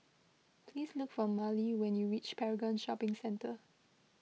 please look for Miley when you reach Paragon Shopping Centre